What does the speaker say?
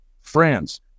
France